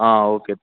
okay